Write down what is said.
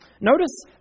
notice